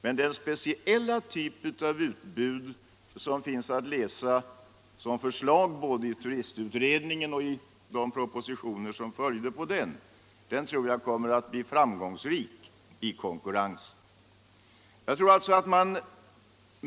Men den speciella typ av utbud som föreslås i både turistutredningen och de propositioner som följde på den tror jag kommer att bli framgångsrik i konkurrensen.